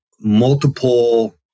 multiple